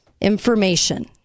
Information